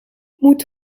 moet